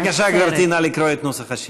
בבקשה, גברתי, נא לקרוא את נוסח השאילתה.